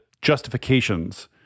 justifications